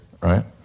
right